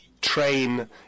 train